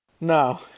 No